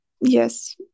yes